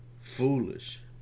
Foolish